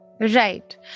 Right